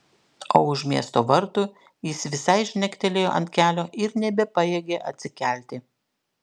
o už miesto vartų jis visai žnektelėjo ant kelio ir nebepajėgė atsikelti